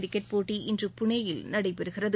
cricket போட்டி இன்று புனேயில் நடைபெறுகிறது